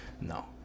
no